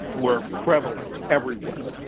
were prevalent everywhere.